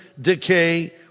decay